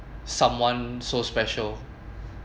someone so special